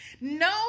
No